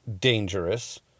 dangerous